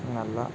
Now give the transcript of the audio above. നല്ല